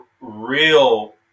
real –